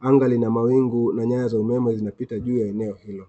Anga lina mawingu ,na nyaya za umeme zinapita juu ya eneo hiyo.